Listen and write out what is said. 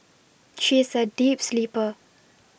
she is a deep sleeper